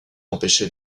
empêcher